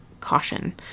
caution